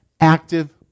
active